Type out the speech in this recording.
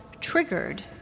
triggered